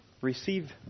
Receive